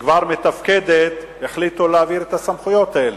כבר מתפקדת החליטו להעביר את הסמכויות האלה?